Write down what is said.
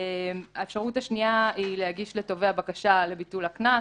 האפשרות השנייה היא להגיש לתובע בקשה לביטול הקנס